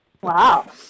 wow